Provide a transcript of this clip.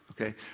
Okay